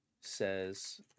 says